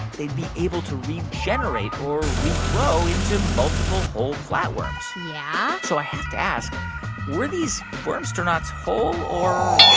they'd be able to regenerate or regrow into multiple whole flatworms yeah so i have to ask were these wormstronauts whole or,